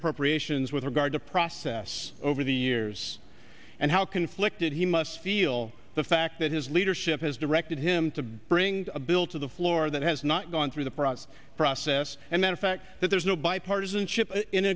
appropriations with regard to process over the years and how conflicted he must feel the fact that his leadership has directed him to bring a bill to the floor that has not gone through the process process and then a fact that there is no bipartisanship in